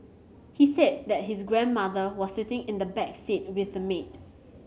he said that his grandmother was sitting in the back seat with the maid